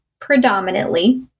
predominantly